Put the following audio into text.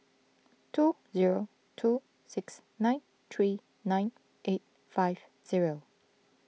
two zero two six nine three nine eight five zero